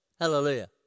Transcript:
Hallelujah